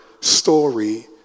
story